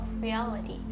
reality